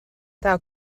thou